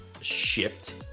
shift